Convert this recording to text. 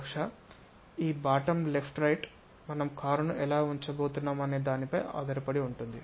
బహుశా ఈ bottom left right మనం కారును ఎలా ఉంచబోతున్నాం అనే దానిపై ఆధారపడి ఉంటుంది